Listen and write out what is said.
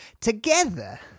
together